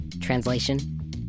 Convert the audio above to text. Translation